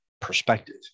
perspective